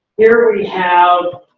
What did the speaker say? here we have.